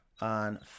on